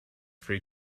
free